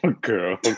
Girl